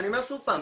ואני אומר עוד פעם,